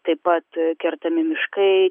taip pat kertami miškai